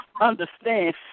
understand